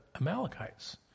Amalekites